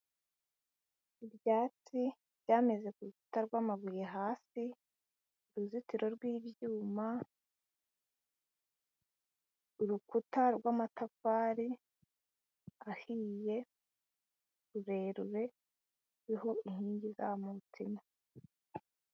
Ibyatsi byameze ku rukuta rw'amabuye hasi, uruzitiro rw'ibyuma, urukuta rw'amatafari ahiye rurerure ruriho inkingi izamutseho.